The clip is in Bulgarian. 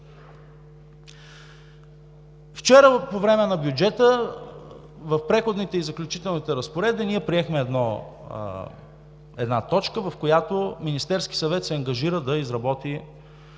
Вчера по време на бюджета в Преходните и заключителните разпоредби ние приехме една точка, в която Министерският съвет се ангажира да изработи